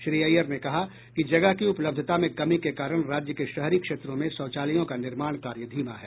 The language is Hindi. श्री अय्यर ने कहा कि जगह की उपलब्धता में कमी के कारण राज्य के शहरी क्षेत्रों में शौचालयों का निर्माण कार्य धीमा है